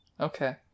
Okay